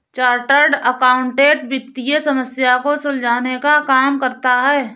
chartered accountant वित्तीय समस्या को सुलझाने का काम करता है